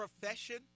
profession